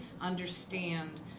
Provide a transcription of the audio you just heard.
understand